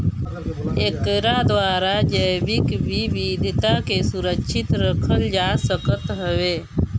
एकरा द्वारा जैविक विविधता के सुरक्षित रखल जा सकत हवे